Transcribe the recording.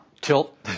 tilt